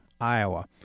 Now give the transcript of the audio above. Iowa